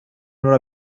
några